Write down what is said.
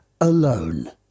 alone